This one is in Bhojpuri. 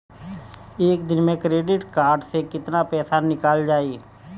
एक दिन मे क्रेडिट कार्ड से कितना पैसा निकल जाई?